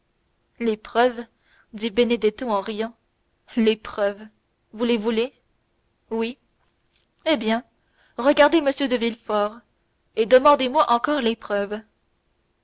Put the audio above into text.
les preuves dit benedetto en riant les preuves vous les voulez oui eh bien regardez m de villefort et demandez-moi encore